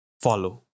follow